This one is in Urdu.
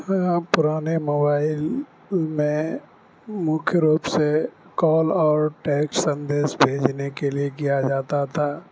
یہاں پرانے موبائل میں مکھیہ روپ سے کال اور ٹیکسٹ سندیس بھیجنے کے لیے کیا جاتا تھا